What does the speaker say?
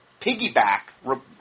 piggyback